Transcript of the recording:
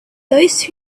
those